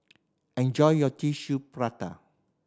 enjoy your Tissue Prata